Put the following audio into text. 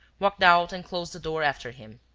walked out and closed the door after him.